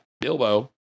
Bilbo